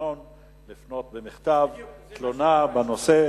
בתקנון לפנות במכתב תלונה בנושא.